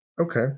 okay